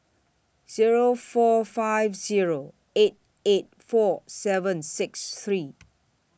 Zero four five Zero eight eight four seven six three